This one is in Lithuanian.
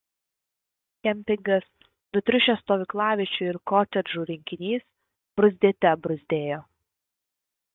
kempingas nutriušęs stovyklaviečių ir kotedžų rinkinys bruzdėte bruzdėjo